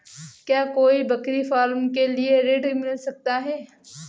क्या कोई बकरी फार्म के लिए ऋण मिल सकता है?